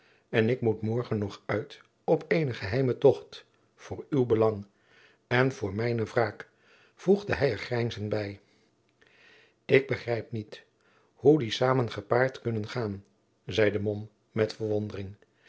en ik moet morgen nog uit op eenen geheimen tocht voor uw belang en voor mijne wraak voegde hij er grijnzend bij ik begrijp niet hoe die samen gepaard kunnen gaan zeide mom met